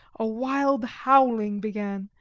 a wild howling began,